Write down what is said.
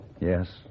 Yes